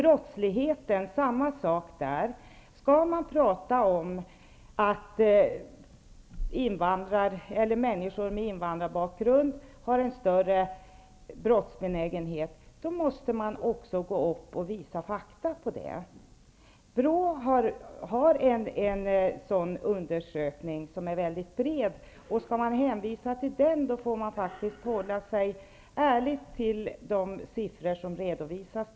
På samma sätt är det med brottsligheten. Skall man tala om att människor med invandrarbakgrund är mera brottsbenägna, måste man också visa på fakta. BRÅ har en sådan undersökning, och den är väldigt bred. Om man skall hänvisa till den, får man faktiskt ärligt hålla sig till de siffror som där redovisas.